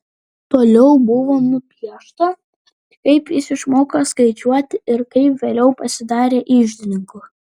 toliau buvo nupiešta kaip jis išmoko skaičiuoti ir kaip vėliau pasidarė iždininku